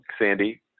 Sandy